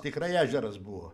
tikrai ežeras buvo